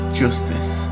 justice